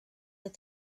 that